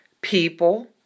people